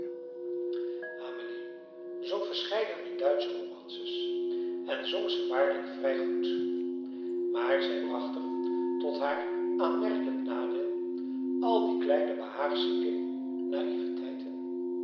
amelie zong verscheidene duitsche romances en zong ze waarlijk vrij goed maar zij bracht er tot haar aanmerkelijk nadeel al die kleine behaagzieke naïveteiten